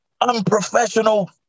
unprofessional